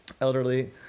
elderly